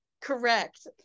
correct